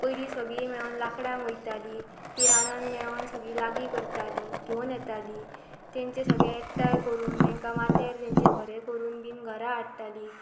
पयलीं सगळीं मेळोन लांकडां वयतालीं तीं रानान मेळोन सगळीं लागीं करताली घेवन येताली तेंचे सगळें एकठांय करून तेंकां माथ्यार तेंचे भरें करून बीन घरा हाडटालीं